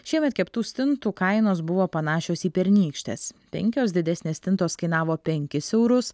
šiemet keptų stintų kainos buvo panašios į pernykštes penkios didesnės stintos kainavo penkis eurus